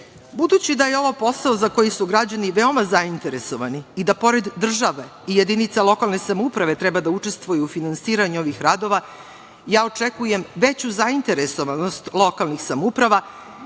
evra. Budući da je ovo posao za koji su građani veoma zainteresovani i da pored države i jedinica lokalne samouprave treba da učestvuje u finansiranju ovih radova, očekujem veću zainteresovanost lokalnih samouprava